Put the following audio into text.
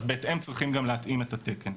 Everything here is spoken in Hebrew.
אז בהתאם צריכים גם להתאים את התקן.